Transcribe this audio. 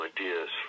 ideas